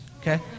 okay